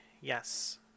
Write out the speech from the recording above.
Yes